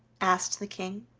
asked the king.